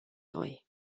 noi